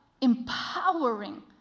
empowering